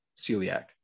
celiac